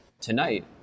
tonight